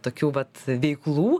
tokių vat veiklų